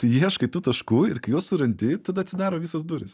tu ieškai tų taškų ir kai juos surandi tada atsidaro visos durys